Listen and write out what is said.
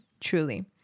truly